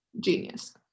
genius